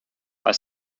are